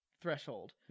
threshold